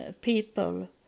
people